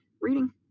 reading